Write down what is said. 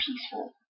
peaceful